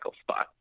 spot